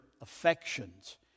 affections